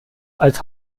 als